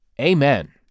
Amen